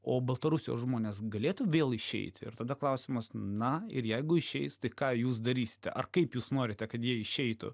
o baltarusijos žmonės galėtų vėl išeit ir tada klausimas na ir jeigu išeis tai ką jūs darysite ar kaip jūs norite kad jie išeitų